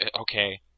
Okay